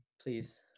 Please